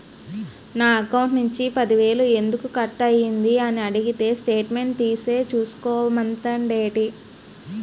నా అకౌంట్ నుంచి పది వేలు ఎందుకు కట్ అయ్యింది అని అడిగితే స్టేట్మెంట్ తీసే చూసుకో మంతండేటి